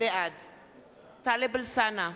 בעד טלב אלסאנע,